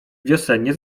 wiosennie